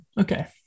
okay